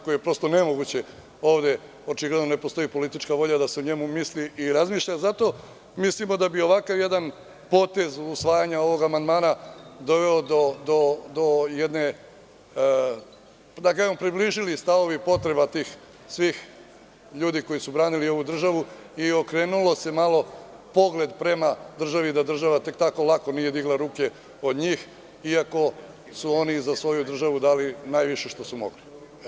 To je nemoguće i ovde očigledno ne postoji politička volja da se o njemu misli i razmišlja i zato mislimo da bi ovakav jedan potez usvajanja amandmana doveo do približavanja stavova i potreba svih tih ljudi koji su branili ovu državu i okrenuo se pogled prema državi da ona nije tek tako lako digla ruke od njih, iako su oni za svoju državu dali najviše što su mogli.